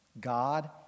God